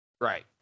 Right